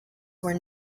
were